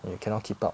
and you cannot keep up